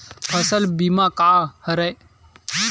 फसल बीमा का हरय?